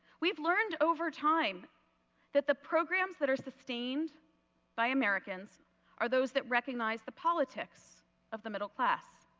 we have learned over time that the programs that are sustained by americans are those that recognize the politics of the middle class.